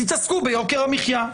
תתעסקו ביוקר המחייה,